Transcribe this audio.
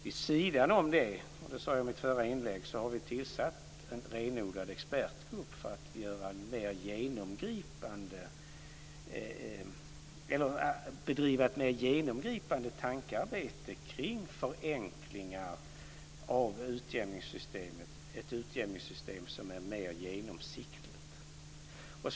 Vid sidan av det, som jag sade i mitt förra inlägg, har vi tillsatt en renodlad expertgrupp för att bedriva ett mer genomgripande tankearbete kring förenklingar av utjämningssystemet och skapa ett utjämningssystem som är mer genomsiktligt.